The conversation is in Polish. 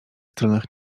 stronach